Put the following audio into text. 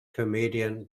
comedian